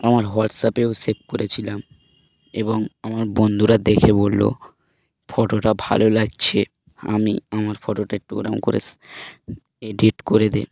আমার হোয়াটসঅ্যাপেও সেভ করেছিলাম এবং আমার বন্ধুরা দেখে বললো ফটোটা ভালো লাগছে আমি আমার ফটোটা একটু ওরম করে এডিট করে দে